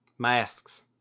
masks